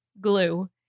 glue